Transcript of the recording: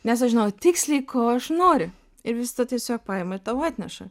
nes aš žinojau tiksliai ko aš noriu ir visata tiesiog paima ir tau atneša